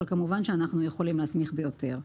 כמובן שאנחנו יכולים להסמיך ביותר.